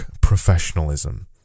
professionalism